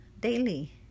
daily